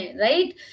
right